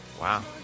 Wow